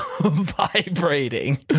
vibrating